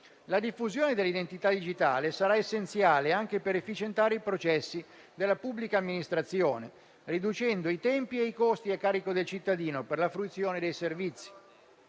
La diffusione dell'identità digitale sarà essenziale anche per efficientare i processi della pubblica amministrazione, riducendo i tempi e i costi a carico del cittadino per la fruizione dei servizi;